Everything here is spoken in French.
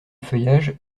feuillage